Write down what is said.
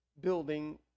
building